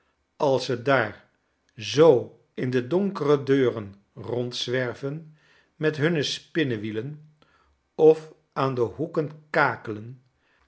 als ze daar zoo in de donkere deuren rondzwerven met hunne spinnewielen of aan de hoeken kakelen